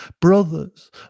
brothers